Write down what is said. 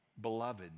Beloved